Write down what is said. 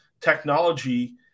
technology